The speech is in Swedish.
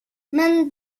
men